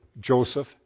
Joseph